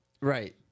Right